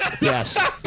Yes